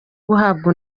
guhabwa